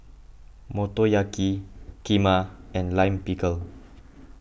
Motoyaki Kheema and Lime Pickle